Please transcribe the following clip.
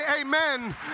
amen